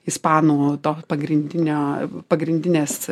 ispanų to pagrindinio pagrindinės